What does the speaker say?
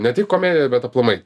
ne tik komedijoje bet aplamai